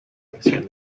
versiones